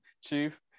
Chief